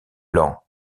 lent